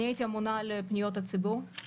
הייתי אמונה על פניות הציבור.